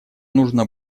нужно